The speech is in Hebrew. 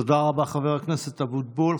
תודה רבה, חבר הכנסת אבוטבול.